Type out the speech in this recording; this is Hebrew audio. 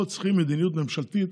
פה צריכים מדיניות ממשלתית